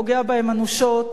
פוגע בהם אנושות,